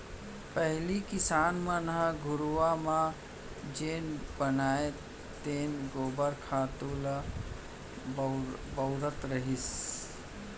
पहिली किसान मन ह घुरूवा म जेन बनय तेन गोबर खातू ल बउरत रहिस